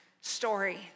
story